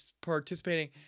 participating